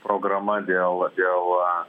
programa dėl dėl